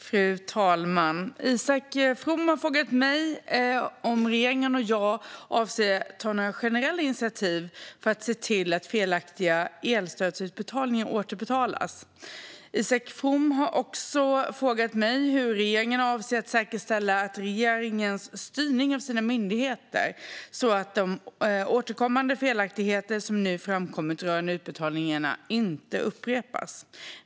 Fru talman! Isak From har frågat mig om regeringen och jag avser att ta några generella initiativ för att se till att felaktiga elstödsutbetalningar återbetalas. Isak From har också frågat mig hur regeringen avser att säkerställa regeringens styrning av sina myndigheter så att de återkommande felaktigheter som nu framkommit rörande utbetalningar inte upprepas.